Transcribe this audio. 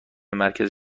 مرکز